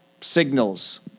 signals